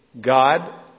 God